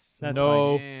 No